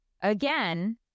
again